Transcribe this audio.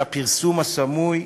של הפרסום הסמוי,